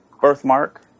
birthmark